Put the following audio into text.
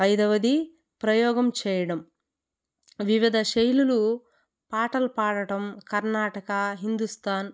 ఐదవది ప్రయోగం చేయడం వివిధ శైలులు పాటలు పాడటం కర్ణాటక హిందుస్థాన్